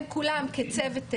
וכולם כצוות אורגני.